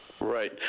Right